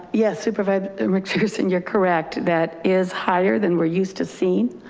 yeah supervisor and richardson. you're correct. that is higher than we're used to seeing,